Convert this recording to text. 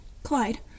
Clyde